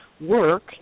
work